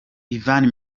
ivan